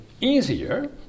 easier